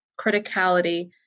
criticality